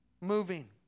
moving